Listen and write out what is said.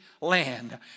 land